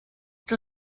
das